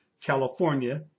California